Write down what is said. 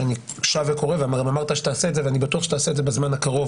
שאני שב וקורא ואני בטוח שתעשה את זה בזמן הקרוב